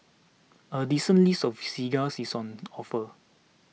a decent list of cigars is on offer